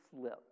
slip